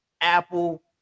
Apple